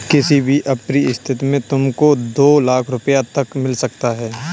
किसी भी अप्रिय स्थिति में तुमको दो लाख़ रूपया तक मिल सकता है